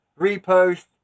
repost